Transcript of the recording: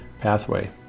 pathway